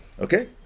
Okay